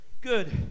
good